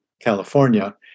California